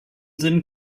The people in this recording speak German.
sinn